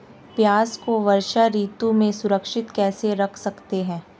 प्याज़ को वर्षा ऋतु में सुरक्षित कैसे रख सकते हैं?